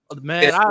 man